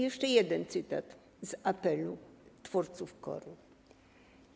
Jeszcze jeden cytat z apelu twórców KOR-u.